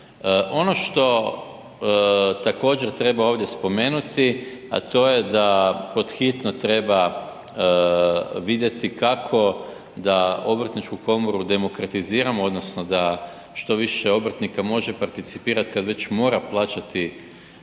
Ono što također treba ovdje spomenuti, a to je da pod hitno treba vidjeti kako da obrtničku komoru demokratiziramo odnosno da što više obrtnika može participirati kad već mora plaćati